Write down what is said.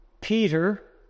Peter